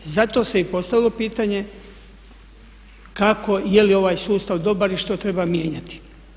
Zato se i postavilo pitanje kako, je li ovaj sustav dobar i što treba mijenjati.